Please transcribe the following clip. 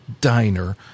diner